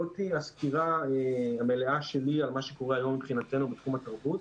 זאת הסקירה המלאה שלי על מה שקורה היום מבחינתנו בתחום התרבות.